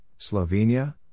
Slovenia